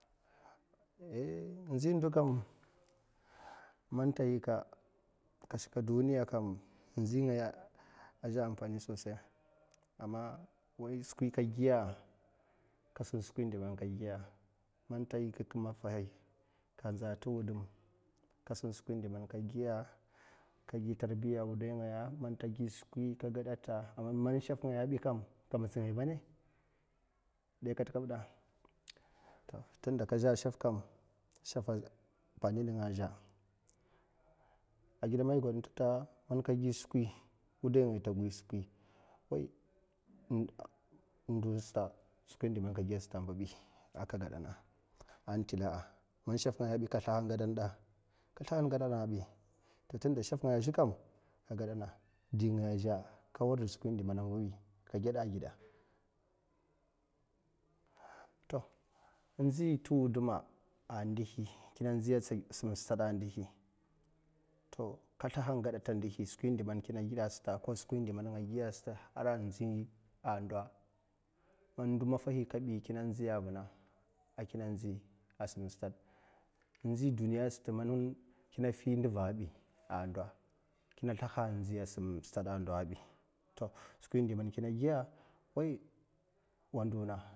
In nzi ndo kam man te yika kashika a’ harki da ka zhe a’ amfani a’ skwio indfi man ka gi a’ man te yika a’ ka maffabi ka nza a’ ta wudan man ka yika a'ka maffahi ka gi tarbiya a’ wudari ngaya man te gi suki ka gadata a'man man shef ngaya bi kam ka mitsi ngaya bane de kae kabda tinda ka zhe a’ shef kam shėfa ampa ni ngi a’ zhe a’ gida me ai gwad tata man ka gi swi wadai ngaya tagi swi n don sata skwi in di man ka giya sata a’ mbibi man ka gadana an tila a’ man shef ngaya ka bi kas ksliha gadana da kasliha gadabi to tunda shef nga a’ zhe kam ka gada na di ngaya a’ zhu ka wuda skwi inda mana a’ mbibi ka geda a’ gida to in nzi nga tiwuduma a ndihi kina nziya san stad a’ ndihi to ka sliha gedeta skwi indi man kina giya a’ vuna a’ kina nzi a’ sam stad in nzi duniya sat man kina fi nduva bi a’ ndo ki sliha nzi a’ sam stad a’ ndo bi to skwi ind man kina giya wa nduna